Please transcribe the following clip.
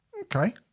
Okay